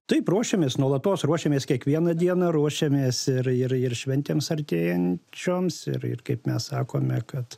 taip ruošiamės nuolatos ruošiamės kiekvieną dieną ruošiamės ir ir ir šventėms artėjančioms ir ir kaip mes sakome kad